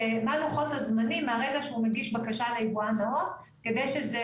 מה לוחות הזמנים מהרגע שהוא מגיש בר=קשה ליבואן נאות כדי שזה